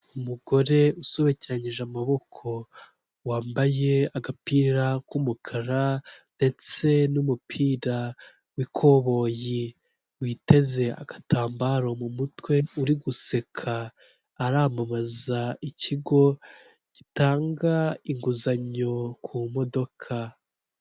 Umugore usobekeranyije amaboko wambaye agapira k'umukara ndetse n'umupira w'ikoboyi witeze agatambaro mu mutwe uri guseka aramama ikigo gitanga inguzanyo ku modoka.